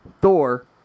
Thor